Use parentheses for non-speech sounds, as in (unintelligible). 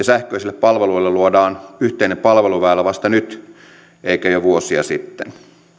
(unintelligible) sähköisille palveluille luodaan yhteinen palveluväylä vasta nyt eikä jo vuosia sitten